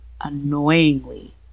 annoyingly